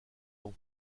ans